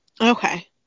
Okay